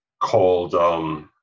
called